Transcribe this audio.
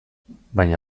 baina